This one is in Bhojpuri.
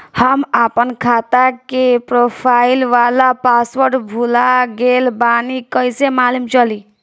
हम आपन खाता के प्रोफाइल वाला पासवर्ड भुला गेल बानी कइसे मालूम चली?